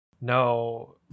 No